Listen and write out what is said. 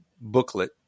booklet